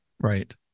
Right